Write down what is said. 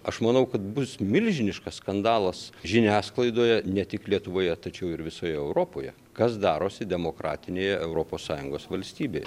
aš manau kad bus milžiniškas skandalas žiniasklaidoje ne tik lietuvoje tačiau ir visoje europoje kas darosi demokratinėje europos sąjungos valstybėje